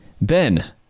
Ben